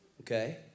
okay